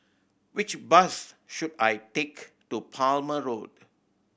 which bus should I take to Palmer Road